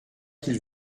qu’il